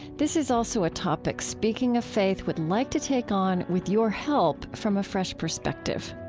this is also a topic speaking of faith would like to take on, with your help, from a fresh perspective.